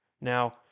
Now